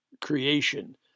creation